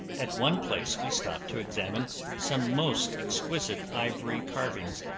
at one place we stopped to examine some most exquisite ivory carvings,